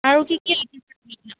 আৰু কি কি